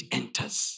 enters